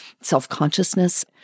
self-consciousness